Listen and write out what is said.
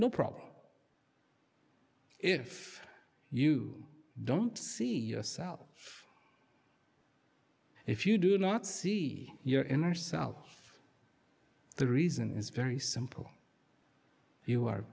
no problem if you don't see yourself if you do not see your inner self the reason is very simple you are